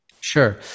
Sure